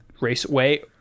Raceway